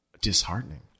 disheartening